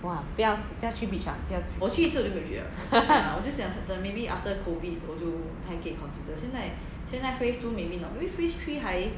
!wah! 不要不要去 beach lah